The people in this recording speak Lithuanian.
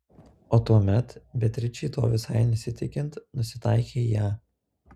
o tuomet beatričei to visai nesitikint nusitaikė į ją